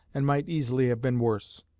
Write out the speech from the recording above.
and might easily have been worse.